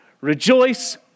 Rejoice